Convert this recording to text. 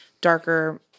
darker –